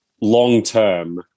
long-term